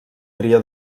tria